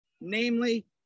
namely